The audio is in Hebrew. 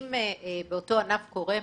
אם באותו ענף קורה משהו,